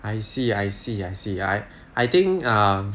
I see I see I see I I think err